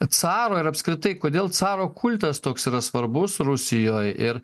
caro ir apskritai kodėl caro kultas toks yra svarbus rusijoj ir